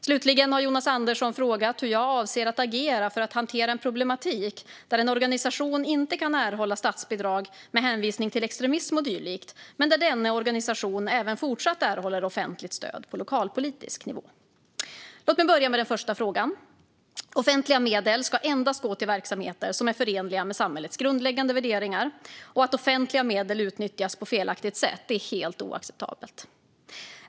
Slutligen har Jonas Andersson frågat hur jag avser att agera för att hantera en problematik där en organisation inte kan erhålla statsbidrag med hänvisning till extremism och dylikt men där denna organisation även fortsättningsvis erhåller offentligt stöd på lokalpolitisk nivå. Låt mig börja med den första frågan. Offentliga medel ska endast gå till verksamheter som är förenliga med samhällets grundläggande värderingar. Att offentliga medel utnyttjas på felaktigt sätt är helt oacceptabelt.